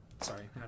Sorry